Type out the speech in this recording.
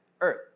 earth